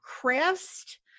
crest